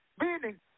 meaning